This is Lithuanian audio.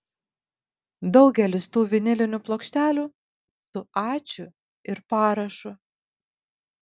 daugelis tų vinilinių plokštelių su ačiū ir parašu